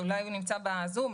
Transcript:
אולי הם נמצאים בזום,